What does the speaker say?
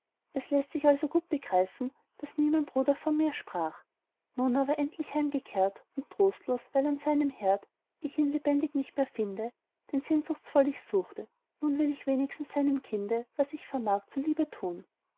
es läßt sich also gut begreifen daß nie mein bruder von mir sprach nun aber endlich heimgekehrt und trostlos weil an seinem herd ich ihn lebendig nicht mehr finde den sehnsuchtsvoll ich suchte nun will wenigstens ich seinem kinde was ich vermag zuliebe tun